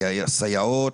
יקבלו פחות,